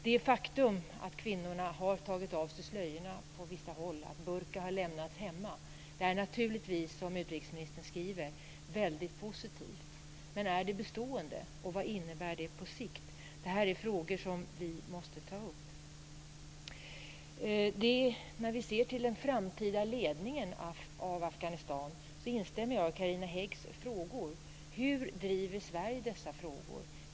Det faktum att kvinnorna på vissa håll har tagit av sig slöjorna - att burkorna har lämnats hemma - är naturligtvis, som utrikesministern säger i svaret, väldigt positivt. Men är det bestående? Och vad innebär det på sikt? De frågorna måste vi ta upp. Sett till den framtida ledningen av Afghanistan instämmer jag i Carina Häggs frågor: Hur driver Sverige dessa frågor?